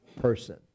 person